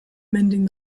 mending